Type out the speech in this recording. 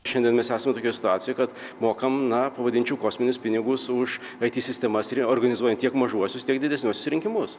šiandien mes esame tokioj situacijoj kad mokam na pavadinčiau kosminius pinigus už aity sistemas ir organizuojant tiek mažuosius tiek didesniuosius rinkimus